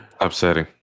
Upsetting